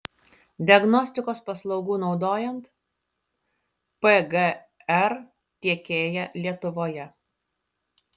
diagnostikos paslaugų naudojant pgr tiekėja lietuvoje